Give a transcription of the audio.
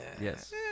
Yes